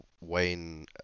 Wayne